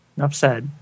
Upset